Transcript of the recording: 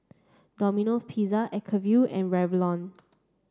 Domino Pizza Acuvue and Revlon